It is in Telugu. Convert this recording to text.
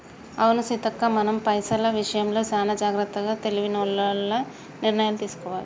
అవును సీతక్క మనం పైసల విషయంలో చానా జాగ్రత్తగా తెలివైనోల్లగ నిర్ణయాలు తీసుకోవాలి